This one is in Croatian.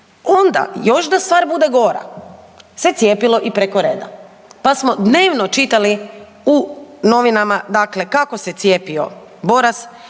Onda još da stvar bude gora se cijepilo i preko reda pa smo dnevno čitali u novinama dakle kako se cijepio Boras,